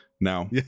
Now